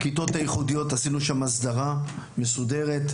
הכיתות הייחודיות, עשינו שם הסדרה מסודרת.